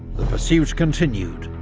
the pursuit continued,